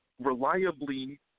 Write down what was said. reliably